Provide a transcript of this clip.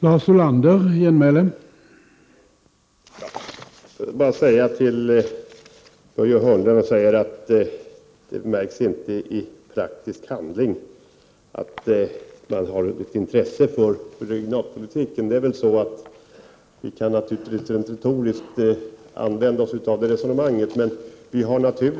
han här talar om?